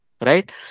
right